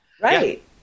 Right